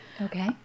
Okay